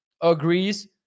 agrees